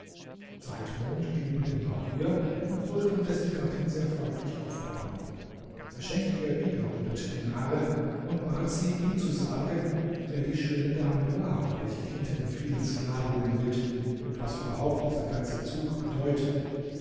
zeitmond ging mit dem barbier und wurde von dessen gattin sehr freundlich aufgenommen er schenkte ihr wieder hundert dinare und bat sie ihm zu sagen wer die schöne dame war welche hinter den vielen sklavinnen ritt und was überhaupt dieser ganze zug bedeute